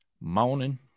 morning